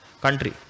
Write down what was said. country